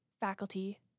faculty